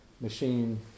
machine